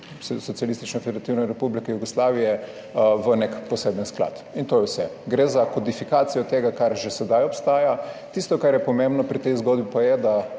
Socialistične federativne republike Jugoslavije v nek poseben sklad. In to je vse. Gre za kodifikacijo tega, kar že sedaj obstaja. Tisto, kar je pomembno pri tej zgodbi, pa je,